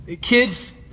kids